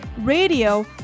radio